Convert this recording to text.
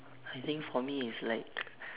I think for me it's like